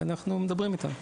אבל אנחנו מדברים איתן.